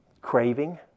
craving